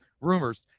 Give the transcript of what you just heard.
rumors